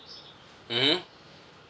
mmhmm